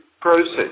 process